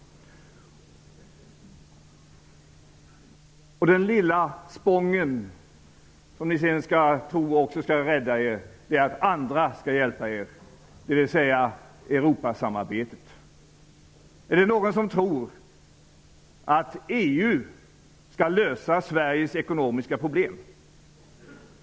Den lilla spång som ni tror skall rädda er är att andra skall hjälpa er, dvs. Europasamarbetet. Är det någon som tror att EU skall lösa Sveriges ekonomiska problem?